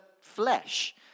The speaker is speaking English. flesh